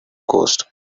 ghost